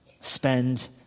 spend